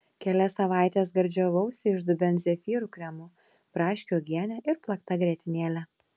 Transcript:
kelias savaites gardžiavausi iš dubens zefyrų kremu braškių uogiene ir plakta grietinėle